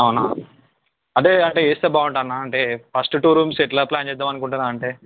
అవునా అదే అది వేస్తే బాగుండు అన్న అంటే ఫస్ట్ టూ రూమ్స్ ఎట్లా ప్లాన్ చేద్దాం అనుకుంటున్నాను అంటే